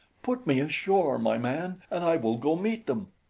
put me ashore, my man, and i will go meet them.